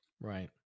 right